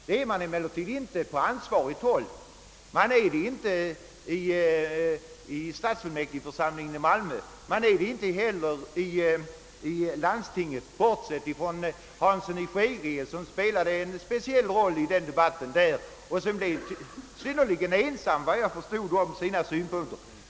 Det är man emellertid inte på ansvarigt håll, varken i stadsfullmäktigeförsamlingen i Malmö eller i landstinget, bortsett från herr Hansson i Skegrie, som spelade en speciell roll i debatten där och som blev synnerligen ensam — efter vad jag förstod — om sina synpunkter.